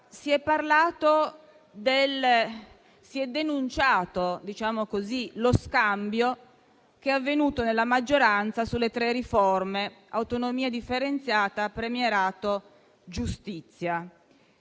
Si è denunciato lo scambio che è avvenuto nella maggioranza sulle tre riforme di autonomia differenziata, premierato e giustizia;